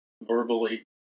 verbally